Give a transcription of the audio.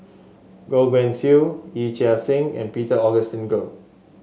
Goh Guan Siew Yee Chia Hsing and Peter Augustine Goh